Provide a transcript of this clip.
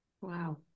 wow